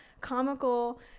comical